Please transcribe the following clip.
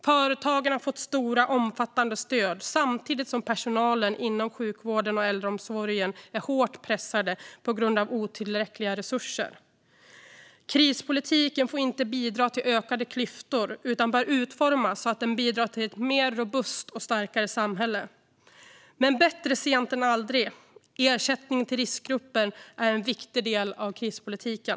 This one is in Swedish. Företagare har fått stora, omfattande stöd, samtidigt som personalen inom sjukvården och äldreomsorgen är hårt pressade på grund av otillräckliga resurser. Krispolitiken får inte bidra till ökade klyftor utan bör utformas så att den bidrar till ett mer robust och starkare samhälle. Men bättre sent än aldrig. Ersättningen till riskgrupper är en viktig del av krispolitiken.